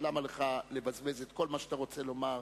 למה לך לבזבז את כל מה שאתה רוצה לומר?